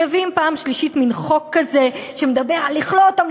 מביאים בפעם השלישית מין חוק כזה שמדבר על לכלוא אותם,